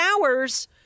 hours